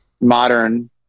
modern